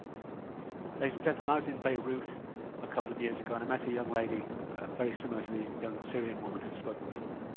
ladies and gentlemen, i was in beirut a couple of years ago, and i met a young lady very similar to the young syrian woman who spoke before.